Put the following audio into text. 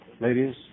Ladies